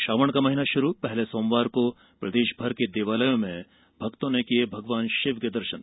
श्रावण का महीना शुरू पहले सोमवार को प्रदेश भर के देवालयों में भक्तों ने किये भगवान शिव के दर्शन